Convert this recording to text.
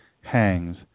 hangs